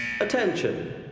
Attention